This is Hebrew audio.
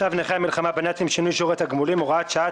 צו נכי המלחמה בנאצים (שינוי שיעור התגמולים) (הוראת שעה),